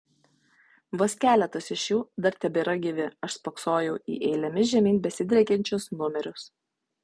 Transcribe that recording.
vos keletas iš jų dar tebėra gyvi aš spoksojau į eilėmis žemyn besidriekiančius numerius